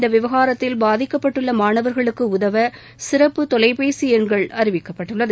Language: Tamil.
இந்த விவகாரத்தில் பாதிக்கப்பட்டுள்ள மாணவர்களுக்கு உதவ சிறப்பு தொலைபேசி எண்கள் அறிவிக்கப்பட்டுள்ளது